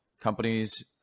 companies